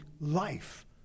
life